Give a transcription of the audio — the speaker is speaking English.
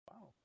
Wow